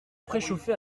préchauffé